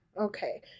Okay